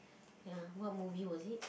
ya what movie was it